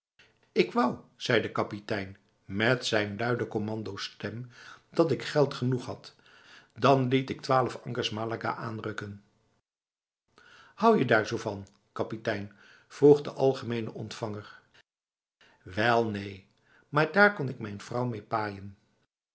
ik wou zei de kapitein met zijn luide commandostem dat ik geld genoeg had dan liet ik twaalf ankers malaga aanrukkenf hou je daar zo van kapitein vroeg de algemene ontvanger wel neen maar daar kon ik mijn vrouw mee